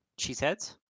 Cheeseheads